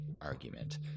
argument